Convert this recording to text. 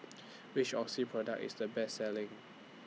Which Oxy Product IS The Best Selling